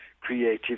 creative